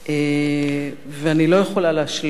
ואני לא יכולה להשלים אתו,